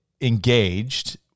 engaged